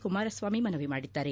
ಕುಮಾರಸ್ವಾಮಿ ಮನವಿ ಮಾಡಿದ್ದಾರೆ